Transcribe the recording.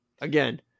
again